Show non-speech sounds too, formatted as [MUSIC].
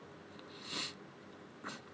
[BREATH]